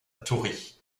toury